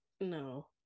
no